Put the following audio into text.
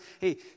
hey